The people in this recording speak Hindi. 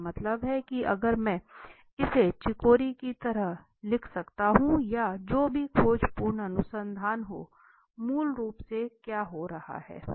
इसका मतलब है कि अगर मैं इसे चिकोरी की तरह लिख सकता हूं या जो भी खोजपूर्ण अनुसंधान हो मूल रूप से क्या हो रहा है